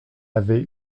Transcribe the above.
avait